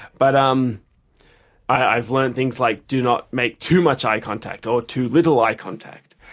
but um i've learned things like do not make too much eye contact or too little eye contact.